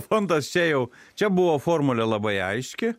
fondas čia jau čia buvo formulė labai aiški